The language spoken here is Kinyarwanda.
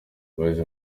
umuyobozi